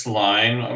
line